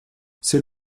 c’est